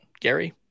Gary